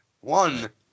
one